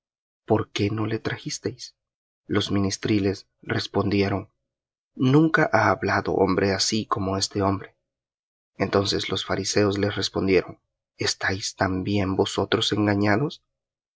por qué no le trajisteis los ministriles respondieron nunca ha hablado hombre así como este hombre entonces los fariseos les respondieron estáis también vosotros engañados